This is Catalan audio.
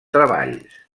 treballs